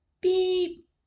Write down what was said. beep